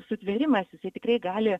sutvėrimas jisai tikrai gali